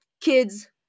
kids